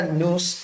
news